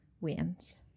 wins